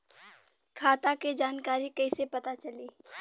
खाता के जानकारी कइसे पता चली?